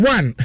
One